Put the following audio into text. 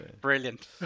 Brilliant